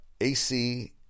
AC